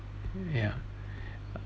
ya